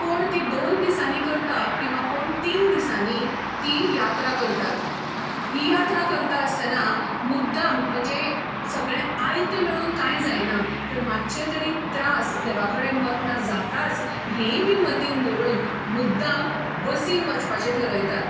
कोण ती दोन दिसांनी करता किंवा कोण तीन दिसांनी ती यात्रा करतात ही यात्रा करता आसताना मुद्दाम म्हणजे सगळें आयतें मेळून कांय जायना तर मातसो तरी त्रास देवा कडेन वतना जाताच हेंय बी मतींत दवरून मुद्दाम बसीन वचपाचें ठरयतात